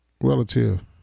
relative